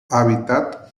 hábitat